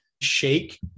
shake